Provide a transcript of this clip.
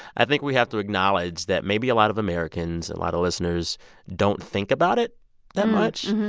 i think we have to acknowledge that maybe a lot of americans a lot of listeners don't think about it that much.